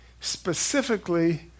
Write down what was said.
specifically